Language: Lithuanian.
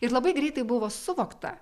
ir labai greitai buvo suvokta